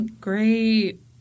Great